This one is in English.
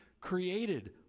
created